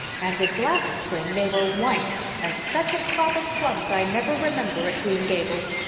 and this last spring they were white, and such a crop of plums i never remember at green gables.